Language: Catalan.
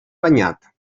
banyat